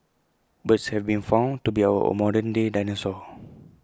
birds have been found to be our modern day dinosaurs